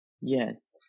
Yes